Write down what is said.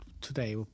today